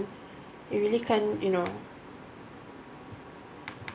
you really can't you know